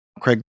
Craig